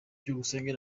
byukusenge